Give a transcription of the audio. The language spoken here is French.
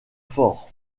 fort